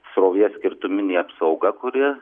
srovės skirtuminė apsauga kuri